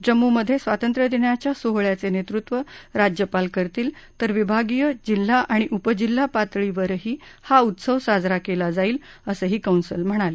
जम्मूमध्ये स्वातंत्र्यदिनाच्या सोहळ्याचे नेतृत्व राज्यपाल करतील तर विभागीय जिल्हा आणि उपजिल्हा पातळीवरही हा उत्सव साजरा केला जाईल असंही कंसल म्हणाले